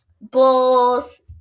Bulls